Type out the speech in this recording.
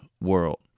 world